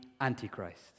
Antichrist